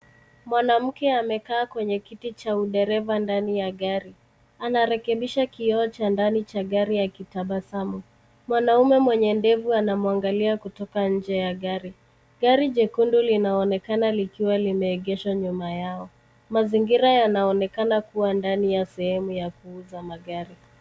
Mwanamke amekaa kwenye kiti cha udereva ndani ya gari. Anarekebisha kioo cha ndani vha gari akitabasamu. Mwanaume mwenye ndevu anamwangalia kutoka nje ya gari. Gari jekundu linaonekana likiwa limeegeshwa nyuma yao. Mazingira yanaonekana kuwa ndani ya sehemu ya kuuza magari.